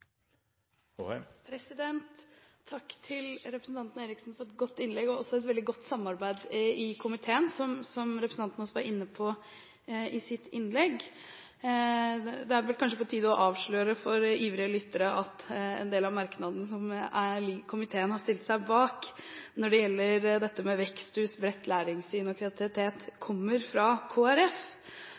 replikkordskifte. Takk til representanten Eriksen for et godt innlegg, og også for et veldig godt samarbeid i komiteen, som representanten var inne på. Det er vel på tide å avsløre for ivrige lyttere at en del av merknadene som komiteen har stilt seg bak når det gjelder dette med veksthus, bredt læringssyn og kreativitet, kommer